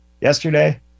yesterday